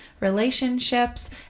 relationships